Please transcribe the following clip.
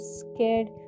scared